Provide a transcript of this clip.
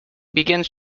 begins